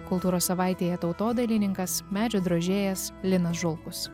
kultūros savaitėje tautodailininkas medžio drožėjas linas žulkus